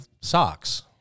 socks